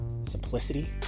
simplicity